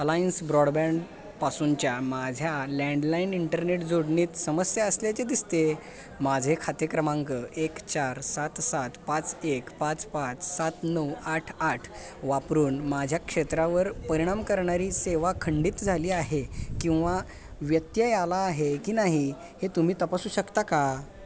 alliance ब्रॉडबँडपासूनच्या माझ्या landline internet जोडणीत समस्या असल्याचे दिसते माझे खाते क्रमांक एक चार सात सात पाच एक पाच पाच सात नऊ आठ आठ वापरून माझ्या क्षेत्रावर परिणाम करणारी सेवा खंडित झाली आहे किंवा व्यत्यय आला आहे की नाही हे तुम्ही तपासू शकता का